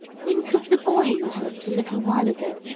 think of the boy you helped a little while ago.